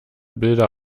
bilder